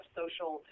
social